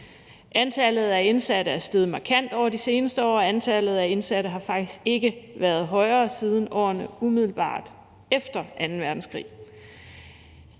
Antallet af indsatte er steget markant over de seneste år, og antallet af indsatte har faktisk ikke været højere siden årene umiddelbart efter anden verdenskrig.